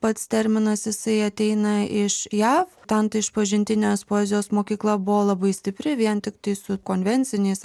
pats terminas jisai ateina iš jav ten ta išpažintinės poezijos mokykla buvo labai stipri vien tiktai su konvenciniais